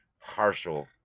partial